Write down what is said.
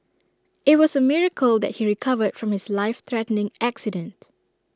IT was A miracle that he recovered from his life threatening accident